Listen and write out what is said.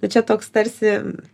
tai čia toks tarsi